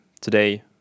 today